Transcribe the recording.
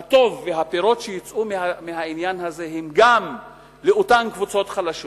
הטוב והפירות שיצאו מהעניין הזה הם גם לאותן קבוצות חלשות,